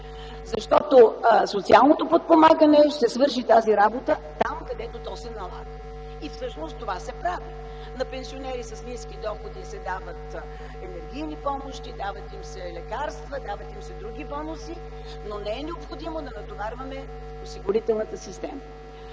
Защото социалното подпомагане ще свърши тази работа там, където то се налага. Всъщност това се прави – на пенсионери с ниски доходи се дават енергийни помощи, дават им се лекарства, дават им се други бонуси. Но не е необходимо да натоварваме осигурителната система.